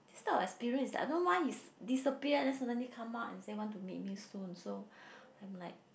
this type of experience is like I don't know why he disappeared then suddenly come out and say want to meet me soon so I'm like